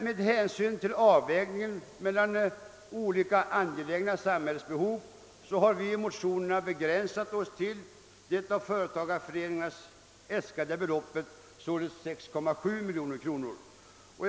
Med hänsyn till avvägningen mellan olika angelägna samhällsbehov har vi i motionerna begränsat oss till det av företagareföreningarna äskade beloppet, således 6,7 miljoner kronor.